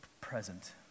present